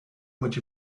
much